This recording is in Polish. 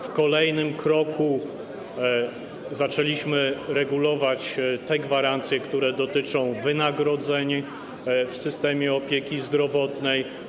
W kolejnym kroku zaczęliśmy regulować gwarancje, które dotyczą wynagrodzeń w systemie opieki zdrowotnej.